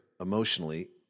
emotionally